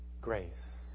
grace